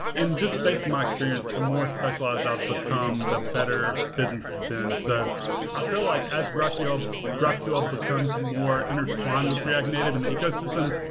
and just based in my experience, the more specialized i've become, the better business has been. so i feel like as graphql graphql becomes more intertwined with react native in the ecosystem,